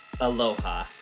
Aloha